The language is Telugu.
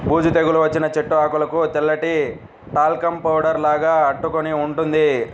బూజు తెగులు వచ్చిన చెట్టు ఆకులకు తెల్లటి టాల్కమ్ పౌడర్ లాగా అంటుకొని ఉంటుంది